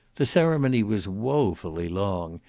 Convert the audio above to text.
the ceremony was woefully long,